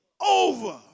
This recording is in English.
over